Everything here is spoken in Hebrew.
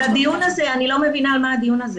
אז אני לא מבינה על מה הדיון הזה.